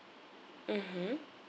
mmhmm